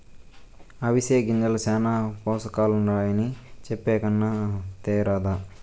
అవిసె గింజల్ల శానా పోసకాలుండాయని చెప్పే కన్నా తేరాదా